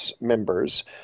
members